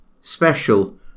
special